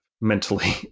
mentally